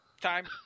time